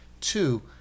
Two